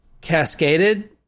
cascaded